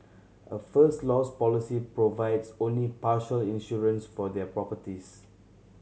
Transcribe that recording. a First Loss policy provides only partial insurance for their properties